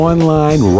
Online